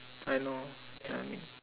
I know ya I mean